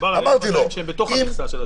דובר על 1,200 שהם בתוך המכסה.